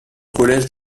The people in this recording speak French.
collège